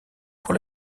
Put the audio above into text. pour